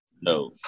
No